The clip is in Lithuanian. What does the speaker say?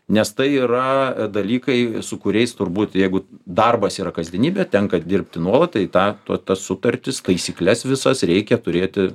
nes tai yra dalykai su kuriais turbūt jeigu darbas yra kasdienybė tenka dirbti nuolat tai tą tuo tas sutartis taisykles visas reikia turėti